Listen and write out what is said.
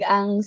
Ang